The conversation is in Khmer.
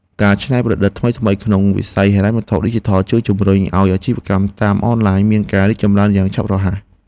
ការច្នៃប្រឌិតថ្មីៗក្នុងវិស័យហិរញ្ញវត្ថុឌីជីថលជួយជំរុញឱ្យអាជីវកម្មតាមអនឡាញមានការរីកចម្រើនយ៉ាងឆាប់រហ័ស។